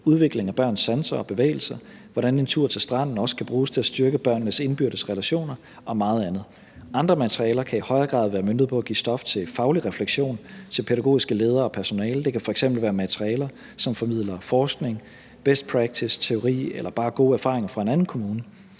udviklingen af børns sanser og bevægelser, hvordan en tur til stranden også kan bruges til at styrke børnenes indbyrdes relationer og meget andet. Andre materialer kan i højere grad være møntet på at give stof til faglig refleksion til pædagogiske ledere og personale. Det kan f.eks. være materialer, som formidler forskning, best practice, teori eller bare gode erfaringer fra en anden kommune.